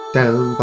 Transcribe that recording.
down